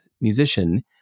musician